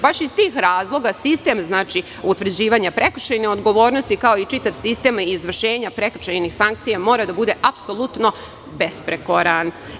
Baš iz tih razloga, sistem utvrđivanja prekršajne odgovornosti, kao i čitav sistem izvršenja prekršajnih sankcija mora da bude apsolutno besprekoran.